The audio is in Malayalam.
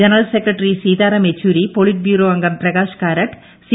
general secretary Sitaram Yechury politburo അംഗം പ്രകാശ് കാരാട്ട് സി